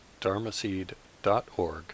dharmaseed.org